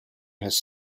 has